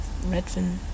Redfin